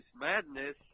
madness